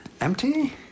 empty